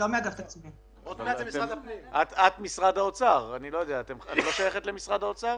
את לא שייכת למשרד האוצר?